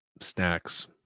Snacks